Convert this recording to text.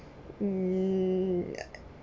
hmm